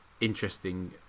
interesting